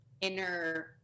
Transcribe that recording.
inner